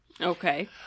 Okay